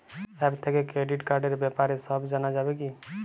App থেকে credit কার্ডর ব্যাপারে সব জানা যাবে কি?